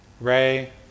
Ray